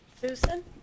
Susan